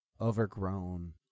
overgrown